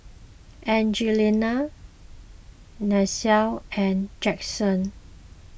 Angelina Nancie and Jaxson